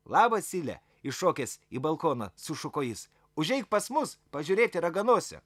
labas sile iššokęs į balkoną sušuko jis užeik pas mus pažiūrėti raganosio